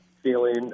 feeling